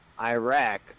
Iraq